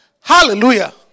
Hallelujah